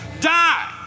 die